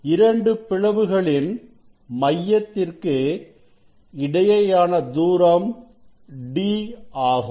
இரண்டு பிளவுகளின் மையத்திற்கு இடையேயான தூரம் d ஆகும்